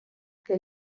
che